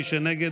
מי שנגד,